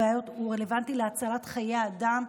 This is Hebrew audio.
הוא רלוונטי להצלת חיי אדם.